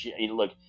look